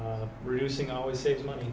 t reducing always save money